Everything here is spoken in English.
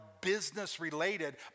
business-related